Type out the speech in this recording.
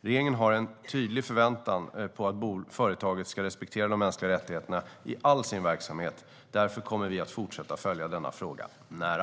Regeringen har en tydlig förväntan på att företaget ska respektera de mänskliga rättigheterna i all sin verksamhet. Därför kommer vi att fortsätta att följa denna fråga nära.